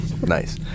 Nice